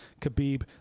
Khabib